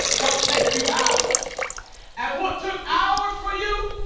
don't take you hours and what took hours for you?